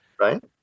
Right